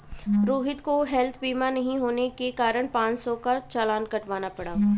रोहित को हैल्थ बीमा नहीं होने के कारण पाँच सौ का चालान कटवाना पड़ा